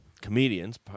comedians